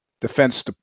Defense